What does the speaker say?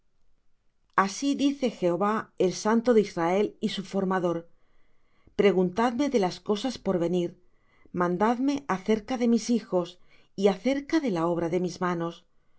así dice jehová el santo de israel y su formador preguntadme de las cosas por venir mandadme acerca de mis hijos y acerca de la obra de mis manos